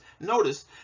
notice